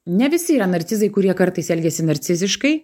ne visi yra narcizai kurie kartais elgiasi narciziškai